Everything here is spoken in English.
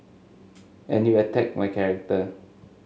and you attack my character